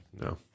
No